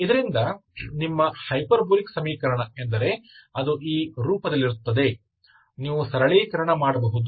ಇದರಿಂದ ನಿಮ್ಮ ಹೈಪರ್ಬೋಲಿಕ್ ಸಮೀಕರಣ ಎಂದರೆ ಅದು ಈ ರೂಪದಲ್ಲಿರುತ್ತದೆ ನೀವು ಸರಳೀಕರಣ ಮಾಡಬಹುದು